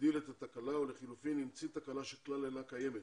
הגדיל את התקלה או לחילופין המציא תקלה שכלל אינה קיימת